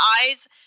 eyes